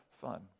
fun